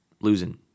losing